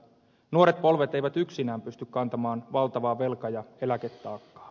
nuoret polvet eivät yksinään pysty kantamaan valtavaa velka ja eläketaakkaa